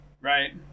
Right